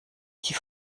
die